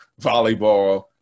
volleyball